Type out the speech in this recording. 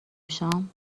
شام